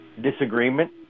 disagreement